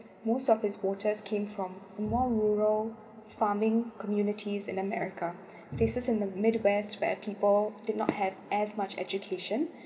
most of his voters came from the more rural farming communities in america faces in the mid west where people did not have as much education